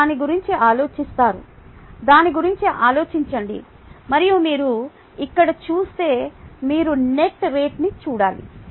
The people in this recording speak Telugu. మీరు దాని గురించి ఆలోచిస్తారు దాని గురించి ఆలోచించండి మరియు మీరు ఇక్కడ చూస్తే మీరు నెట్ రేటును చూడాలి